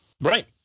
Right